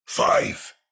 Five